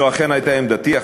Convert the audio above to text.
זו אכן הייתה עמדתי,